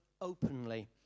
openly